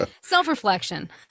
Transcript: self-reflection